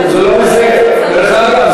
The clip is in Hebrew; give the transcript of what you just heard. דרך אגב,